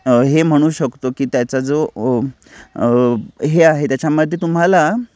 हे म्हणू शकतो की त्याचा जो हे आहे त्याच्यामध्ये तुम्हाला